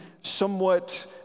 somewhat